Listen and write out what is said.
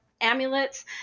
amulets